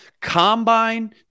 combine